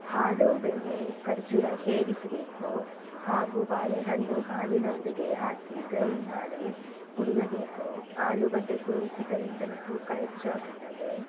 ಹಾಲು ಬೆಣ್ಣೆ ಖರ್ಜೂರ ಸೇವಿಸಬೇಕು ಹಾಗೂ ಬಾಳೆಹಣ್ಣು ಹಾಲಿನೊಂದಿಗೆ ಹಾಕಿ ಗ್ರೈಂಡ್ ಮಾಡಿ ಕುಡಿಯಬೇಕು ಆಲೂಗಡ್ಡೆ ಸೇವಿಸುವುದರಿಂದಲೂ ತೂಕ ಹೆಚ್ಚಾಗುತ್ತದೆ